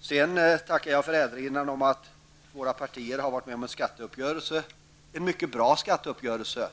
Jag tackar för erinran om att våra partier har varit med om en skatteuppgörelse. Det är en mycket bra skatteuppgörelse.